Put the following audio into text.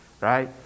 right